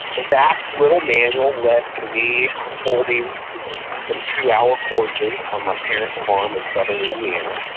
that little manual led to me holding some two hour courses on my parent's farm in southern indiana.